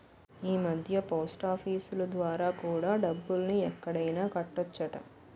ఈమధ్య పోస్టాఫీసులు ద్వారా కూడా డబ్బుల్ని ఎక్కడైనా కట్టొచ్చట